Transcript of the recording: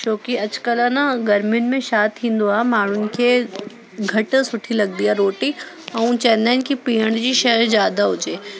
छोकी अॼुकल्ह न गरमियुन में छा थींदो आहे माण्हुनि खे घटि सुठी लॻंदी आहे रोटी ऐं चवंदा आहिनि की पीअण जी शइ ज़्यादा हुजे